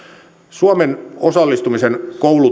suomen osallistumisen koulutus